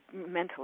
mentally